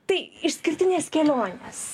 tai išskirtinės kelionės